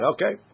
Okay